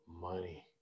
money